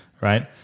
right